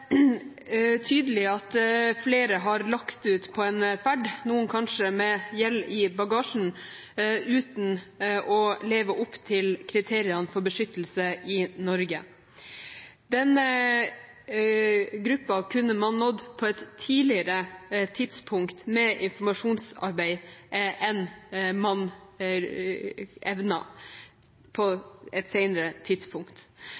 er tydelig at flere har lagt ut på en ferd – noen kanskje med gjeld i bagasjen – uten å leve opp til kriteriene for beskyttelse i Norge. Den gruppen kunne man nådd på et tidligere tidspunkt – gjennom informasjonsarbeid – enn man evnet på et senere tidspunkt.